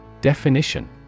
Definition